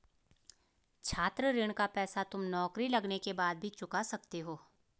छात्र ऋण का पैसा तुम नौकरी लगने के बाद भी चुका सकते हो